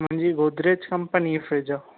मुंहिंजी गोदरेज कंपनी जी फ्रिज आहे